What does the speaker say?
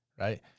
Right